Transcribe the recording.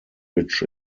which